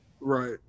Right